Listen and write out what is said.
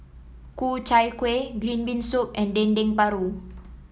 Ku Chai Kuih Green Bean Soup and Dendeng Paru